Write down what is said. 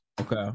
Okay